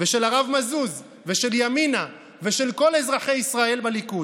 של הרב מזוז, של ימינה ושל כל אזרחי ישראל בליכוד.